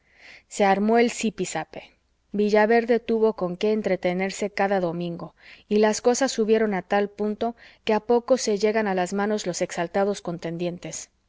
se armó el zípizape villaverde tuvo con qué entretenerse cada domingo y las cosas subieron a tal punto que a poco se llegan a las manos los exaltados contendientes